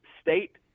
state